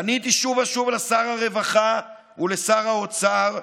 פניתי שוב ושוב לשר הרווחה ולשר האוצר.